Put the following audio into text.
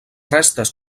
restes